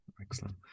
Excellent